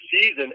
season